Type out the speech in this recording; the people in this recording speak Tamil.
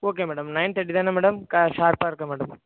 ஓக்கே மேடம் நயன் தெர்ட்டிதானே மேடம் கார் ஷார்ப்பாக இருக்கேன் மேடம்